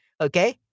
okay